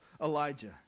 elijah